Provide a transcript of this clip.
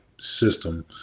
system